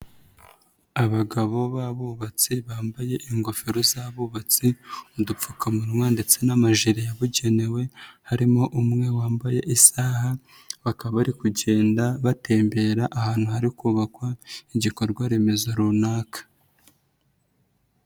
Abagabo b'abubatsi bambaye ingofero z'abubatse, udupfukamunwa ndetse n'amajeri yabugenewe, harimo umwe wambaye isaha, bakaba bari kugenda batembera ahantu hari kubakwa igikorwa remezo runaka.